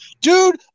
Dude